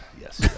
yes